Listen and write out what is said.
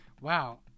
Wow